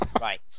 Right